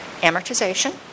amortization